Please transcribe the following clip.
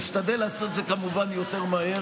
ונשתדל, כמובן, לעשות את זה יותר מהר.